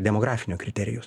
demografinio kriterijus